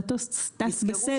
מטוס טס בסבב.